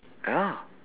ya